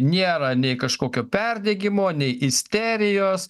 nėra nei kažkokio perdegimo nei isterijos